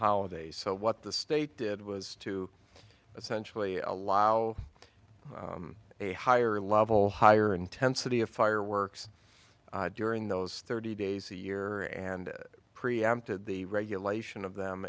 holiday so what the state did was to essentially allow a higher level higher intensity of fireworks during those thirty days a year and preempted the regulation of them